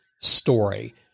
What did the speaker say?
story